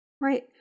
Right